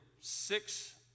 six